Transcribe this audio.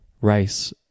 rice